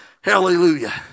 Hallelujah